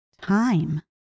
time